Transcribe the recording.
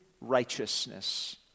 righteousness